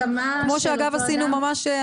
כמו שאגב עשינו ממש,